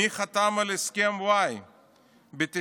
מי חתם על הסכם ואי ב-1998?